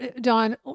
Don